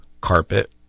carpet